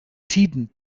tiden